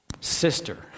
sister